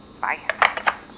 Bye